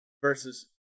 versus